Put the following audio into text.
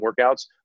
workouts